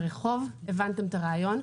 הבנתם את הרעיון.